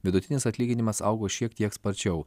vidutinis atlyginimas augo šiek tiek sparčiau